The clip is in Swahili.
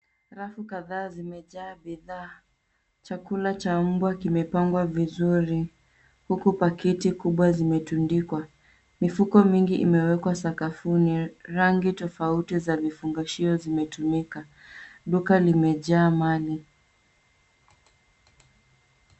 Rafu kadhaa zimejaa bidhaa chakula cha mbwa kimepangwa vizuri huku pakiti kubwa zimetundikwa ,mifuko mingi imewekwa sakafuni rangi tofauti za vifungashio zimetumika duka limejaa mali.